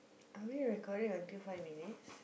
are we recording until five minutes